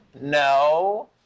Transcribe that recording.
No